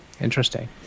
Interesting